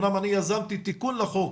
אמנם אני יזמתי תיקון לחוק